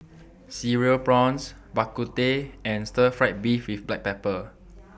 Cereal Prawns Bak Kut Teh and Stir Fried Beef with Black Pepper